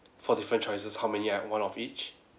four different choices how many I one of each